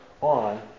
on